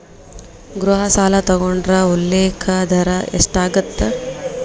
ಗೃಹ ಸಾಲ ತೊಗೊಂಡ್ರ ಉಲ್ಲೇಖ ದರ ಎಷ್ಟಾಗತ್ತ